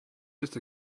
just